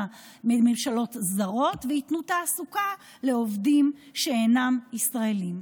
של ממשלות זרות וייתנו תעסוקה לעובדים שאינם ישראלים,